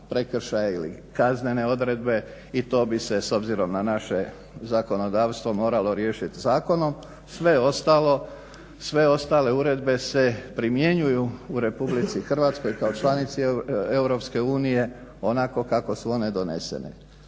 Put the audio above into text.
prekršaje ili kaznene odredbe i to bi se s obzirom na naše zakonodavstvo moralo riješiti zakonom. Sve ostale uredbe se primjenjuju u Republici Hrvatskoj kao članici Europske unije onako kako su one donesene.